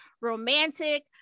romantic